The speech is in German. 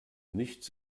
nichts